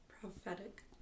Prophetic